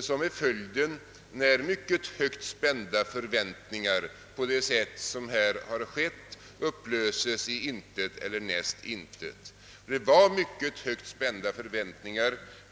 som blir följden, när mycket högt spända förväntningar på det sätt som här har skett upplöses i intet eller något näst intill. Förväntningarna var mycket högt spända.